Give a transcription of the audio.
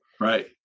Right